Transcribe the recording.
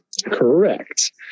Correct